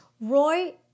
roy